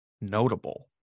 notable